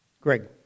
Greg